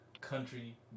country